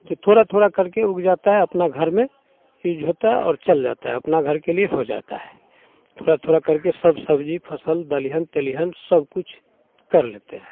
जो थोड़ा थोड़ा करके उग जाता है अपना घर में यूज़ होता है और चल जाता है अपना घर के लिए हो जाता है थोड़ा थोड़ा करके सब सब्जी फसल दलहन तेलीहन सब कुछ कर लेते हैं